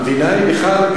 המדינה היא בכלל,